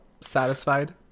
satisfied